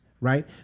right